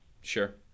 Sure